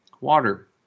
Water